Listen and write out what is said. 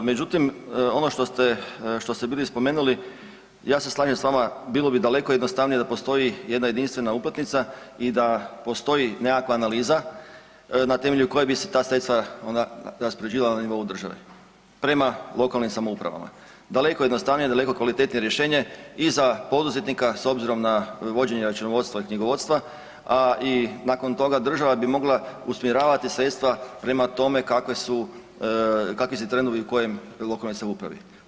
Međutim, ono što ste, što ste bili spomenuli, ja se slažem s vama bilo bi daleko jednostavnije da postoji jedna jedinstvena uplatnica i da postoji nekakva analiza na temelju koje bi se ta sredstva onda raspoređivala na nivou države prema lokalnim samoupravama, daleko jednostavnije, daleko kvalitetnije rješenje i za poduzetnika s obzirom na vođenje računovodstva i knjigovodstva, a i nakon toga država bi mogla usmjeravati sredstva prema tome kakve su, kakvi su trendovi u kojoj lokalnoj samoupravi.